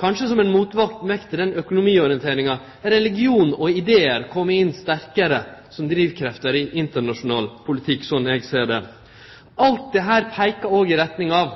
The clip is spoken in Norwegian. kanskje som ei motvekt mot den økonomiorienteringa – religion og idear kjem sterkare inn som drivkrefter i internasjonal politikk, slik eg ser det. Alt dette peikar òg i retning av